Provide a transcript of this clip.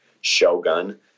Shogun